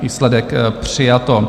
Výsledek: přijato.